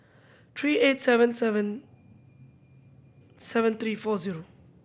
three eight seven seven seven three four zero